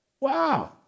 Wow